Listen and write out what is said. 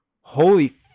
Holy